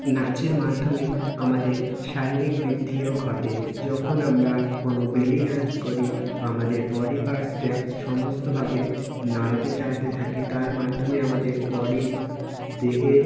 নাচের মাধ্যমে আমাদের শারীরিক বৃদ্ধিও ঘটে যখন আমরা কোনো বেলি ডান্স করি আমাদের বডি পার্টসটা সমস্তভাবে নাড়াতে চাড়াতে থাকি তার মাধ্যমে আমাদের বডি দেহের